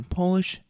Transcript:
polish